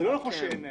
זה לא נכון שאין להם.